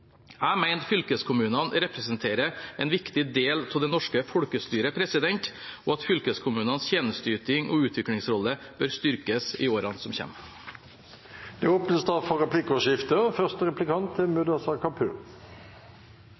Jeg mener fylkeskommunene representerer en viktig del av det norske folkestyret, og at fylkeskommunenes tjenesteyting og utviklingsrolle bør styrkes i årene som